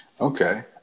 Okay